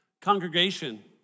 Congregation